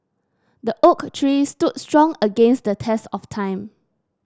the oak tree stood strong against the test of time